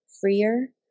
freer